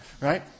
right